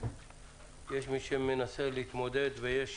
יש מי שמנסה להתמודד ויש